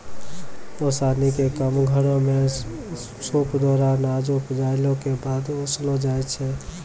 ओसौनी क काम घरो म सूप द्वारा अनाज उपजाइला कॅ बाद ओसैलो जाय छै?